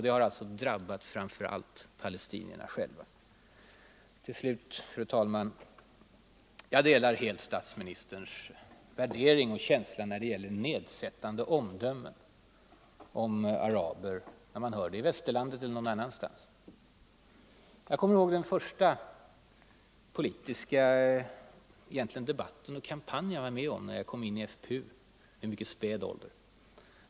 Det har alltså framför allt drabbat palestinierna själva. Jag delar statsministerns värdering och känsla när det gäller nedsättande omdömen om araber vare sig man hör dessa omdömen i västerlandet eller någon annanstans. Jag kommer ihåg den första egentliga politiska debatt och kampanj som jag var med om när jag kom in i FPU vid späd ålder.